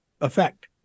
effect